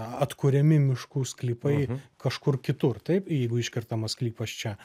atkuriami miškų sklypai kažkur kitur taip jeigu iškertamas sklypas čia